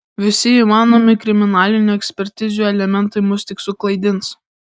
visi įmanomi kriminalinių ekspertizių elementai mus tik suklaidins